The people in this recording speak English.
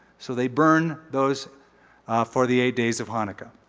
so they burn those for the eight days of hanukkah.